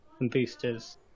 boosters